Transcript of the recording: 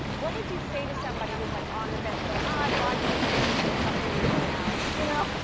what would you say to somebody who is like on the fence going, oh, i watched this commercial for a couple of years now, you know.